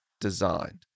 designed